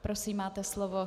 Prosím máte slovo.